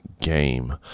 game